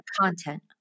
content